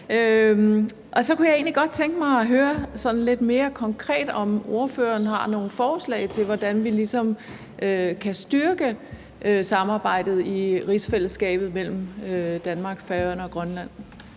Så kunne jeg egentlig godt tænke mig at høre sådan lidt mere konkret, om ordføreren har nogle forslag til, hvordan vi ligesom kan styrke samarbejdet i rigsfællesskabet mellem Danmark, Færøerne og Grønland.